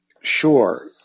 sure